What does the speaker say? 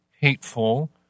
hateful